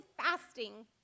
fasting